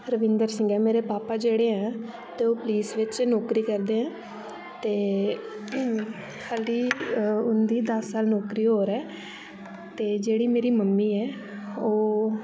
रविंदर सिंह ऐ मेरे पापा जेह्ड़े ऐ ते ओह् पुलिस बिच्च नौकरी करदे न ते हल्ली उंदी दस साल नौकरी होर ऐ ते जेह्ड़ी मेरी मम्मी ऐ ओह्